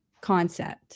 concept